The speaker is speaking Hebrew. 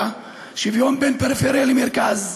שוויון בתעסוקה, שוויון בין פריפריה למרכז,